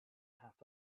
half